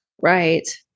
right